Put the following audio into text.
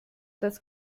das